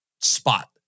spot